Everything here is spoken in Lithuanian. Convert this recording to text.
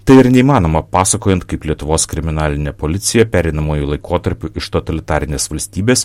tai ir neįmanoma pasakojant kaip lietuvos kriminalinė policija pereinamuoju laikotarpiu iš totalitarinės valstybės